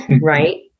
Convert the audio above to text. Right